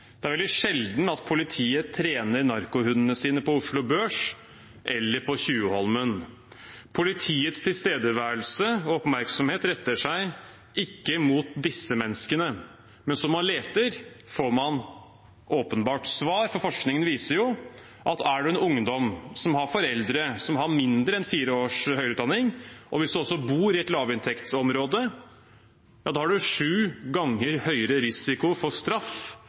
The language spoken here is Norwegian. Det er veldig sjelden at politiet trener narkohundene sine på Oslo Børs eller på Tjuvholmen. Politiets tilstedeværelse og oppmerksomhet retter seg ikke mot disse menneskene. Men som man leter, får man åpenbart svar, for forskningen viser at er du en ungdom som har foreldre som har mindre enn fire års høyere utdanning, og hvis du også bor i et lavinntektsområde, har du sju ganger høyere risiko for straff